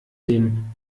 dem